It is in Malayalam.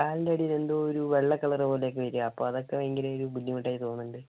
കാലിൻ്റെ അടിയിൽ എന്തോ ഒരു വെള്ള കളറ് പോലെയൊക്കെ വരിക അപ്പം അതൊക്കെ ഭയങ്കരം ഒരു ബുദ്ധിമുട്ടായി തോന്നുന്നുണ്ട്